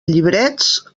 llibrets